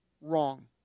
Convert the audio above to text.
wrong